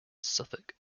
suffolk